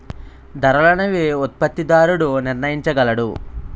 ధరలు అనేవి ఉత్పత్తిదారుడు నిర్ణయించగలడు